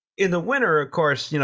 in the winter, of course, you know